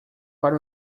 para